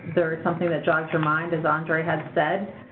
there's something that jogs your mind. as andre had said,